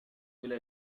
إلى